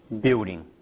building